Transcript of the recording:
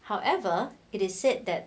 however it is said that